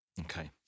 Okay